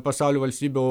pasaulio valstybių